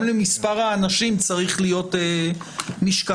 גם למספר האנשים צריך להיות משקל.